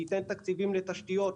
ייתן תקציבים לתשתיות,